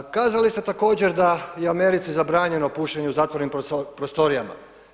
Kazali ste također da je u Americi zabranjeno pušenje u zatvorenim prostorijama.